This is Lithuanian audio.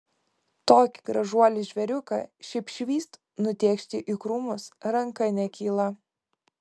tokį gražuolį žvėriuką šiaip švyst nutėkšti į krūmus ranka nekyla